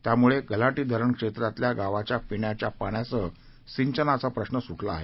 त्यामुळे गल्हाटी धरण क्षेत्रातल्या गावांचा पिण्याच्या पाण्यासह सिंचनाचा प्रश्र मिटला आहे